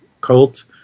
cult